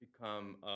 become